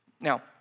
Now